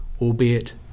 albeit